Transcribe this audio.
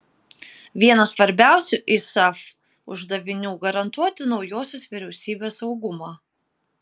vienas svarbiausių isaf uždavinių garantuoti naujosios vyriausybės saugumą